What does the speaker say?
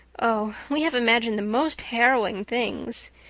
oh, we have imagined the most harrowing things.